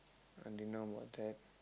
I didn't know about that